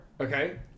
Okay